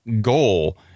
goal